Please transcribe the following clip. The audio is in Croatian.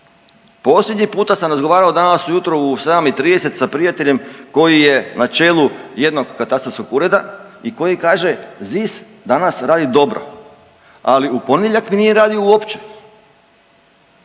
Posljednji puta sam razgovarao danas ujutro u 7 i 30 sa prijateljem koji je na čelu jednog katastarskog ureda i koji kaže ZIS danas radi dobro. Ali u ponedjeljak mi nije radio uopće